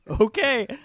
Okay